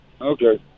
Okay